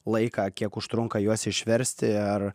laiką kiek užtrunka juos išversti ar